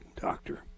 doctor